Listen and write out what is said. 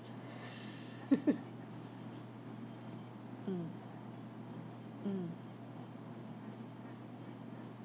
mm mm